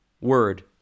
word